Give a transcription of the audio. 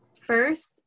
First